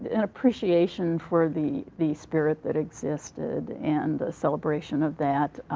an appreciation for the the spirit that existed and a celebration of that.